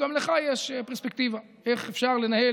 שגם לך יש פרספקטיבה של איך אפשר לנהל